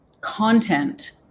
content